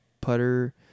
putter